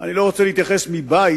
אני לא רוצה להתייחס מבית,